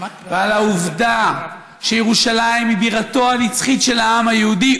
ובעובדה שירושלים היא בירתו הנצחית של העם היהודי,